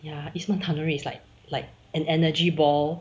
ya isman tanuri is like like an energy ball